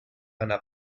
einer